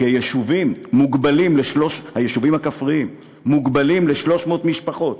כי היישובים הכפריים מוגבלים ל-300 משפחות.